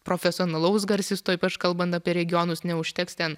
profesionalaus garsisto ypač kalbant apie regionus neužteks ten